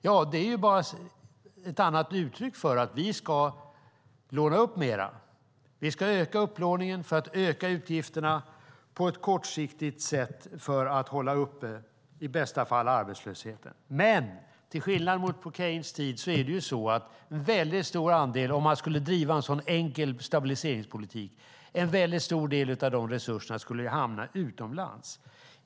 Ja, det är ett annat uttryck för att vi ska låna upp mer. Vi ska öka upplåningen för att öka utgifterna kortsiktigt för att i bästa fall hålla uppe arbetslösheten. Men om man skulle driva en så enkel stabiliseringspolitik skulle - till skillnad mot på Keynes tid - en väldigt stor del av de resurserna hamna utomlands.